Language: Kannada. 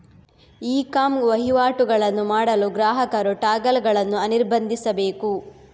ಇ ಕಾಮ್ ವಹಿವಾಟುಗಳನ್ನು ಮಾಡಲು ಗ್ರಾಹಕರು ಟಾಗಲ್ ಗಳನ್ನು ಅನಿರ್ಬಂಧಿಸಬೇಕು